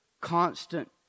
constant